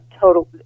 Total